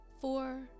four